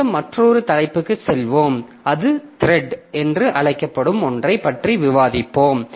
அடுத்து மற்றொரு தலைப்புக்குச் செல்வோம் அது த்ரெட் என்று அழைக்கப்படும் ஒன்றைப் பற்றி விவாதிப்போம்